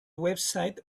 website